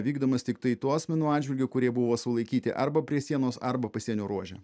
vykdomas tiktai tų asmenų atžvilgiu kurie buvo sulaikyti arba prie sienos arba pasienio ruože